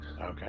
okay